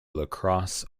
lacrosse